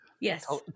Yes